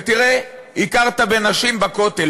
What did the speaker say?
ותראה, הכרת בנשים בכותל.